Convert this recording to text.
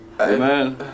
amen